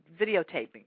videotaping